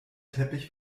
teppich